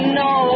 no